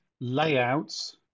layouts